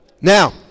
Now